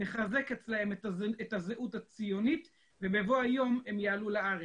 לחזק אצלם את הזהות הציונית ובבוא היום הם יעלו לארץ.